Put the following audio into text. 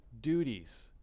duties